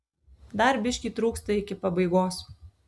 dar biškį trūksta iki pabaigos